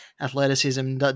athleticism